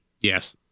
yes